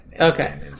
Okay